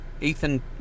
Ethan